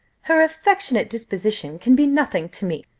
her affectionate disposition can be nothing to me,